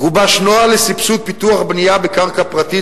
גובש נוהל לסבסוד פיתוח בנייה בקרקע פרטית